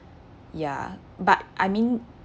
ya but I mean